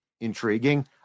intriguing